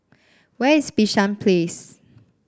where is Bishan Place